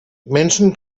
menschen